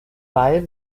wall